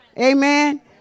Amen